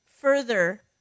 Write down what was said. further